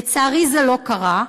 לצערי זה לא קרה.